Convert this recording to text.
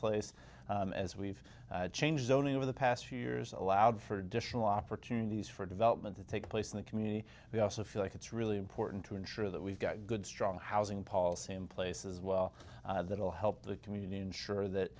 place as we've changed only over the past few years allowed for additional opportunities for development to take place in the community we also feel like it's really important to ensure that we've got a good strong housing policy in place as well that will help the community ensure